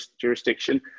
jurisdiction